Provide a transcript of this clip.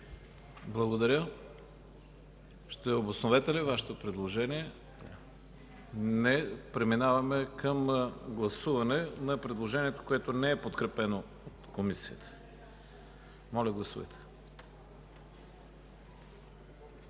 Благодаря. Ще обосновете ли Вашето предложение? Не. Преминаваме към гласуване на предложението, което не е подкрепено от Комисията. Гласували